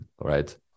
right